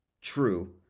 true